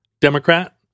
Democrat